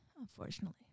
Unfortunately